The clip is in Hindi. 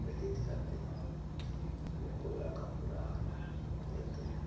व्यतीत करते हैं और पूरा का पूरा आनंद लेते हैं